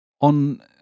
on